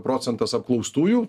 procentas apklaustųjų